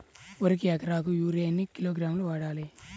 వరికి ఎకరాకు యూరియా ఎన్ని కిలోగ్రాములు వాడాలి?